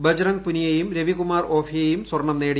ബജ്റഗ് പുനിയയും രവികുമാർ ഓഫിയയും സ്വർണ്ണം നേടി